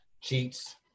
cheats